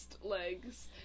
legs